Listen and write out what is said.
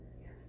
Yes